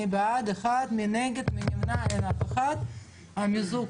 הצבעה בעד המיזוג בעד 1 נגד אין נמנעים אין הצעת המיזוג אושרה.